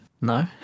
No